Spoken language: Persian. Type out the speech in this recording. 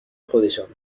خودشان